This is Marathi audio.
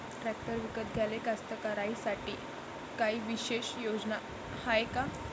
ट्रॅक्टर विकत घ्याले कास्तकाराइसाठी कायी विशेष योजना हाय का?